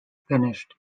finished